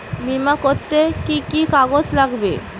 বিমা করতে কি কি কাগজ লাগবে?